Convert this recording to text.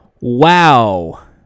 Wow